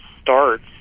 starts